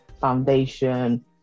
foundation